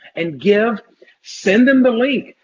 and give send them the link.